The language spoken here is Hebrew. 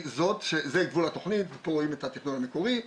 זה גבול התכנית ופה רואים את התכנון המקורי.